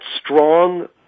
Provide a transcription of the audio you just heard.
strong